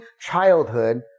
childhood